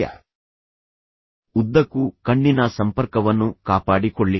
ಯ ಉದ್ದಕ್ಕೂ ಕಣ್ಣಿನ ಸಂಪರ್ಕವನ್ನು ಕಾಪಾಡಿಕೊಳ್ಳಿ